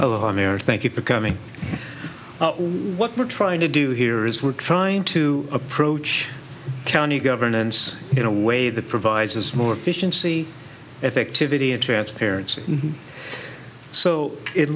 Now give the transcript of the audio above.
of america thank you for coming what we're trying to do here is we're trying to approach county governance in a way that provides us more efficiency effectivity and transparency so it